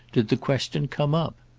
did the question come up?